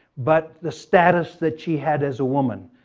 but the status that she had as a woman